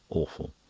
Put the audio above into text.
awful.